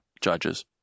judges